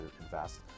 invest